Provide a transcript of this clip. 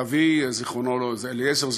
אבי אליעזר,